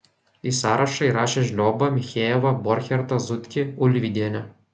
į sąrašą įrašė žliobą michejevą borchertą zutkį ulvydienę